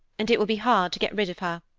and it will be hard to get rid of her,